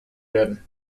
werden